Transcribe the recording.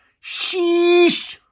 Sheesh